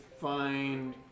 find